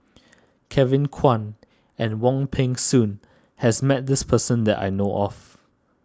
Kevin Kwan and Wong Peng Soon has met this person that I know of